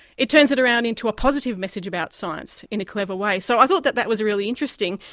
it turns it around into a positive message about science in a clever way. so i thought that that was really interesting,